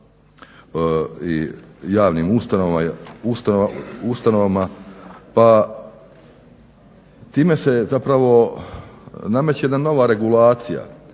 i javnim ustanovama. Pa time se zapravo nameće jedna nova regulacija,